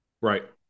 Right